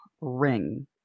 ring